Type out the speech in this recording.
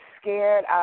scared